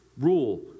rule